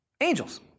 angels